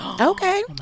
Okay